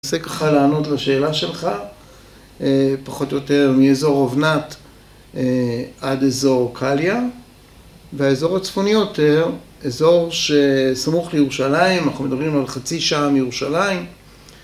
זה ככה לענות לשאלה שלך, פחות או יותר, מאזור אובנת עד אזור קליה והאזור הצפוני יותר, אזור שסמוך לירושלים, אנחנו מדברים על חצי שעה מירושלים